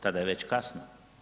Tada je već kasno.